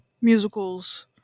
musicals